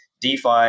DeFi